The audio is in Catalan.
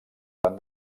van